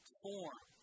form